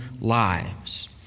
lives